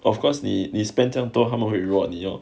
of course 你 spend 这样多他们会 reward 你 orh